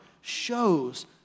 shows